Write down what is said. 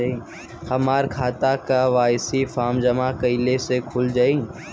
हमार खाता KYC form जमा कइले से खुल जाई?